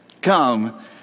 come